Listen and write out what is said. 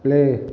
play